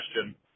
question